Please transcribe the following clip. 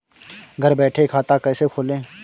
घर बैठे खाता कैसे खोलें?